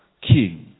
king